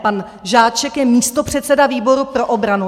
Pan Žáček je místopředseda výboru pro obranu .